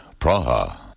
Praha